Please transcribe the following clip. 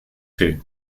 two